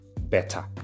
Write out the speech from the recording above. better